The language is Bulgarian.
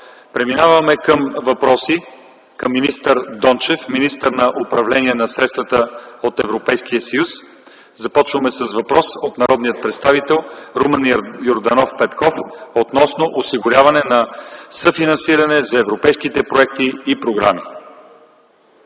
Преминаваме към въпроси към Томислав Дончев - министър по управление на средствата от Европейския съюз. Започваме с въпрос от народния представител Румен Йорданов Петков относно осигуряване на съфинансиране за европейските проекти и програми.